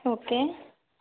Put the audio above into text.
okay